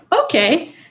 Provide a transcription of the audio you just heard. okay